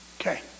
Okay